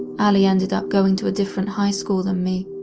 allie ended up going to a different high school than me,